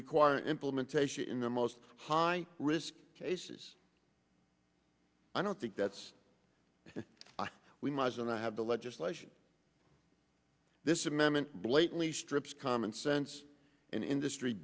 require implementation in the most high risk cases i don't think that's what we might do and i have the legislation this amendment blatantly strips common sense and industry